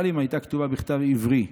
אבל אם הייתה כתובה בכתב עברי,